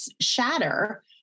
shatter